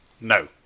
No